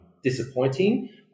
disappointing